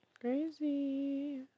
Crazy